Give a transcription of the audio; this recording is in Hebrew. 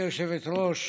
גברתי היושבת-ראש,